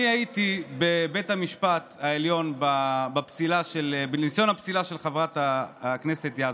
אני הייתי בבית המשפט העליון בניסיון הפסילה של חברת הכנסת יזבק.